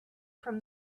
from